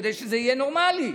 כדי שזה יהיה נורמלי.